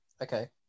Okay